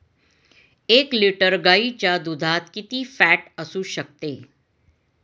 एक लिटर गाईच्या दुधात किती फॅट असू शकते?